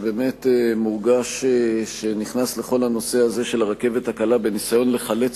שבאמת מורגש שנכנס לכל הנושא הזה של הרכבת הקלה בניסיון לחלץ